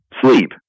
sleep